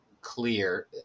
clear